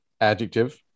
Adjective